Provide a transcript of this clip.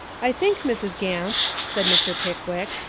i think, mrs. gamp, said mr. pickwick,